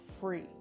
free